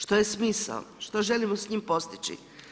Što je smisao, što želimo s tim postići.